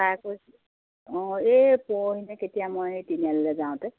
তাই কৈছো অঁ এই পৰহিনে কেতিয়া মই তিনিআলিলৈ যাওঁতে